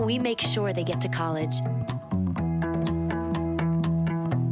we make sure they get to college